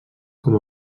com